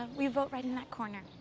and we vote right in that corner.